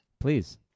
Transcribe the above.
Please